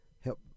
help